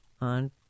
on